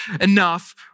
enough